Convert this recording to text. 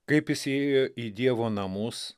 kaip jis įėjo į dievo namus